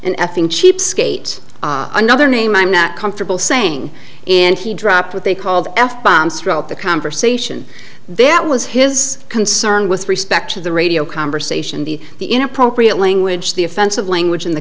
anything cheapskates another name i'm not comfortable saying and he dropped what they called f bomb struck the conversation that was his concern with respect to the radio conversation the inappropriate language the offensive language in the